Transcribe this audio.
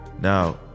Now